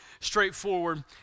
straightforward